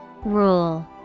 Rule